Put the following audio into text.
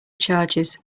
charges